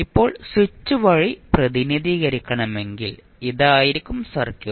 ഇപ്പോൾ സ്വിച്ച് വഴി പ്രതിനിധീകരിക്കണമെങ്കിൽ ഇതായിരിക്കും സർക്യൂട്ട്